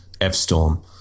F-Storm